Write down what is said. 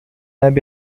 أبي